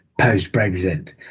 post-Brexit